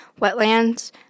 wetlands